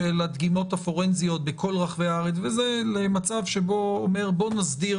הדגימות הפורנזיות בכל רחבי הארץ למצב שאומר: בואו נסדיר